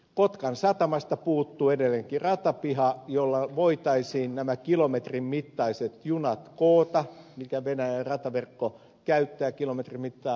kotkan satamasta puuttuu edelleenkin ratapiha jolla voitaisiin nämä kilometrin mittaiset junat koota mitä venäjän rataverkko käyttää kilometrin mittaa